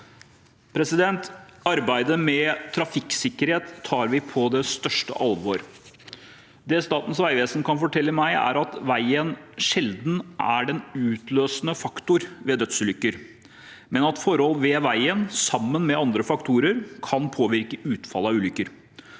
Arbeidet med trafikksikkerhet tar vi på største alvor. Det Statens vegvesen kan fortelle meg, er at veien sjelden er utløsende faktor ved dødsulykker, men at forhold ved veien, sammen med andre faktorer, kan påvirke utfallet av ulykker.